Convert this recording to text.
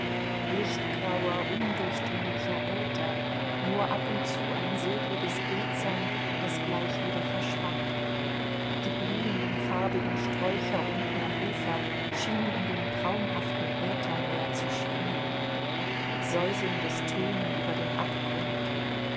lichtgrauer undurchdringlicher äther nur ab und zu ein silbriges glitzern das gleich wieder verschwand die blühenden farbigen sträucher unten am ufer schienen in dem traumhaften äthermeer zu schwimmen säuselndes tönen über dem abgrund